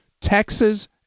Texas